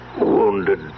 wounded